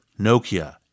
Nokia